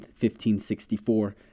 1564